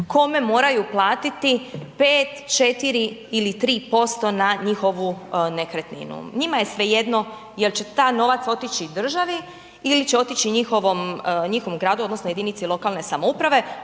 kome moraju platiti 5, 4 ili 3% na njihovu nekretninu. Njima je svejedno jer će taj novac otići državi ili će otići njihovom gradu odnosno jedinici lokalne samouprave,